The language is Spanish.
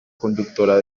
conductora